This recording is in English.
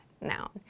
noun